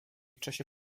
czasie